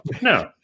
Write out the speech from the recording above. no